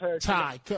Ty